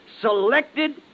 selected